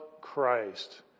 Christ